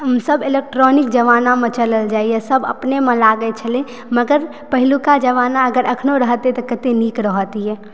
सभ इलेक्ट्रॉनिक जामनामे चलल जाइए सभ अपनेमे लागल छै मगर पहिलुका जमाना अगर अखनो रहतय तऽ कतय नीक रहतियै